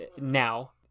now